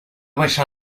baixar